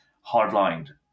hard-lined